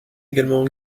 également